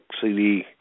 CD